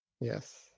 Yes